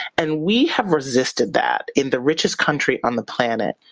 and we have resisted that in the richest country on the planet,